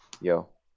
Yo